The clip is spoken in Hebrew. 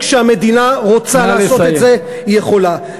כשהמדינה רוצה לעשות את זה, היא יכולה.